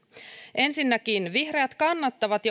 ensinnäkin vihreät kannattavat